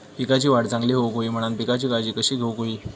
पिकाची वाढ चांगली होऊक होई म्हणान पिकाची काळजी कशी घेऊक होई?